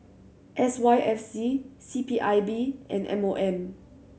S Y F C C P I B and M O M